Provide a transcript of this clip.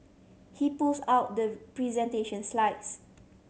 he pulls out the presentation slides